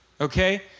Okay